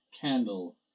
candle